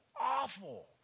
awful